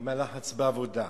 עם הלחץ בעבודה,